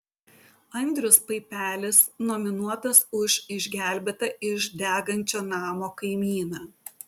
andrius paipelis nominuotas už išgelbėtą iš degančio namo kaimyną